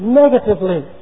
negatively